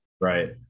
Right